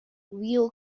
wheel